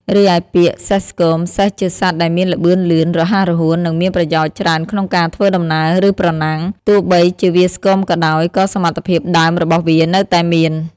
រីឯ ពាក្យ "សេះស្គម" សេះជាសត្វដែលមានល្បឿនលឿន រហ័សរហួន និងមានប្រយោជន៍ច្រើនក្នុងការធ្វើដំណើរ ឬប្រណាំង ទោះបីជាវាស្គមក៏ដោយ ក៏សមត្ថភាពដើមរបស់វានៅតែមាន។